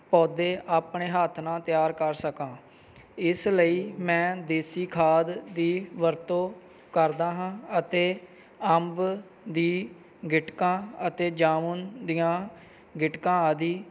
ਪੌਦੇ ਆਪਣੇ ਹੱਥ ਨਾਲ ਤਿਆਰ ਕਰ ਸਕਾਂ ਇਸ ਲਈ ਮੈਂ ਦੇਸੀ ਖਾਦ ਦੀ ਵਰਤੋਂ ਕਰਦਾ ਹਾਂ ਅਤੇ ਅੰਬ ਦੀ ਗਿਟਕਾਂ ਅਤੇ ਜਾਮੁਨ ਦੀਆਂ ਗਿਟਕਾਂ ਆਦਿ